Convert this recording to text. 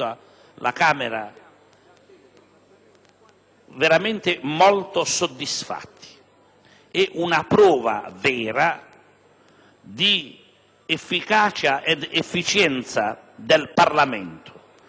Parlamento veramente molto soddisfatti. È una prova vera di efficacia ed efficienza del Parlamento,